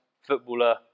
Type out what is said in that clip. footballer